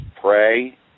pray